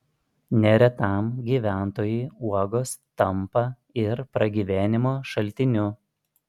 neretam gyventojui uogos tampa ir pragyvenimo šaltiniu